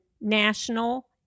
national